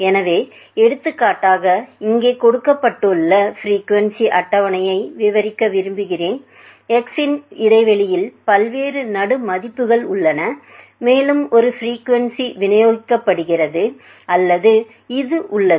எனவே எடுத்துக்காட்டாக இங்கே கொடுக்கப்பட்டுள்ள பிரீகுவெண்சீ அட்டவணையை விவரிக்க விரும்புகிறோம் x இன் இடைவெளியில் பல்வேறு நடு மதிப்புகள் உள்ளன மேலும் ஒரு பிரீகுவெண்சீ விநியோகிக்கப்படுகிறது அல்லது இது உள்ளது